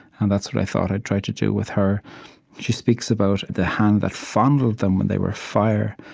and that's what i thought i'd try to do with her she speaks about the hand that fondled them when they were fire,